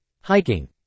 Hiking